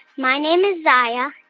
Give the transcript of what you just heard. my name is zaya,